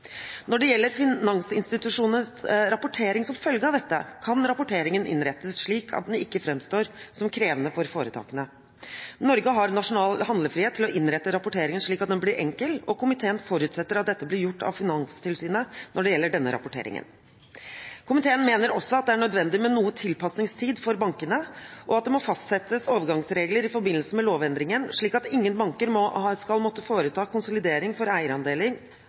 Når det gjelder finansinstitusjonenes rapportering som følge av dette, kan rapporteringen innrettes slik at den ikke framstår som krevende for foretakene. Norge har nasjonal handlefrihet til å innrette rapporteringen slik at den blir enkel, og komiteen forutsetter at dette blir gjort av Finanstilsynet når det gjelder denne rapporteringen. Komiteen mener også at det er nødvendig med noe tilpasningstid for bankene, og at det må fastsettes overgangsregler i forbindelse med lovendringen, slik at ingen banker skal måtte foreta konsolidering for